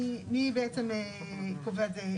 מי קובע את זה?